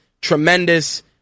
Tremendous